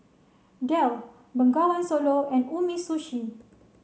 Dell Bengawan Solo and Umisushi